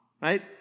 right